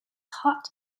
hot